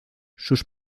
sus